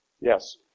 Yes